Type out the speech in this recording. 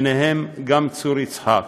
ובהם גם צור יצחק.